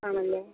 ആണല്ലേ